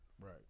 Right